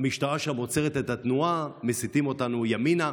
המשטרה שם עוצרת את התנועה ומסיטים אותנו ימינה,